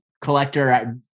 collector